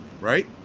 right